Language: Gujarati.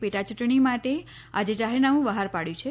પેટા ચૂંટણી માટે આજે જાહેરનામું બહાર પાડયું છે